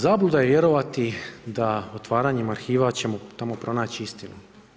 Zabluda je vjerovati da otvaranjem arhiva ćemo tamo pronaći istinu.